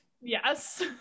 Yes